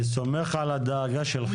אני סומך על הדאגה שלך.